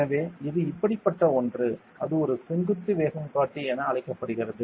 எனவே இது இப்படிப்பட்ட ஒன்று அது ஒரு செங்குத்து வேகம் காட்டி என அழைக்கப்படுகிறது